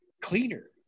cleaner